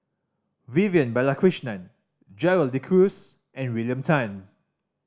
Vivian Balakrishnan Gerald De Cruz and William Tan